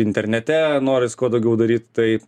internete noris kuo daugiau daryt tai